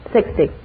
Sixty